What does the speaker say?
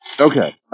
Okay